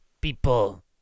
people